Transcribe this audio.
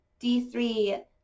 d3